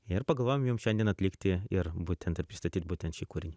ir pagalvojom jum šiandien atlikti ir būtent ir pristatyt būtent šį kūrinį